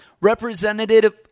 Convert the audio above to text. representative